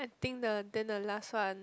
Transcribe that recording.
I think the then the last one